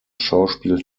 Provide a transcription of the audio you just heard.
schauspiel